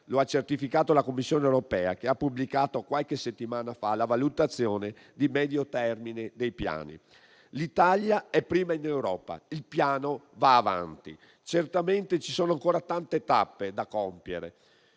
Lo ha certificato la Commissione europea, che ha pubblicato qualche settimana fa la valutazione di medio termine dei piani. L'Italia è prima in Europa. Il Piano va avanti. Certamente ci sono ancora tante tappe da compiere.